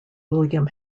william